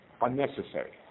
unnecessary